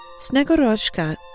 Snegoroshka